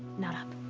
not up.